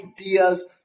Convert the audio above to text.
ideas